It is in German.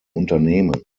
unternehmen